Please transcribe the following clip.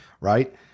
Right